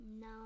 No